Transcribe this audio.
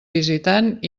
visitant